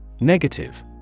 Negative